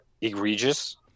egregious